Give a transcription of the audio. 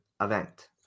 event